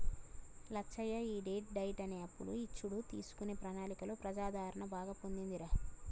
లచ్చయ్య ఈ debt diet అనే అప్పులు ఇచ్చుడు తీసుకునే ప్రణాళికలో ప్రజాదరణ బాగా పొందిందిరా